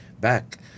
Back